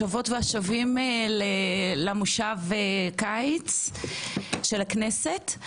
השבות והשבים למושב הקיץ של הכנסת.